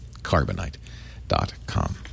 Carbonite.com